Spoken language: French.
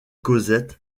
cosette